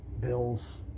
Bills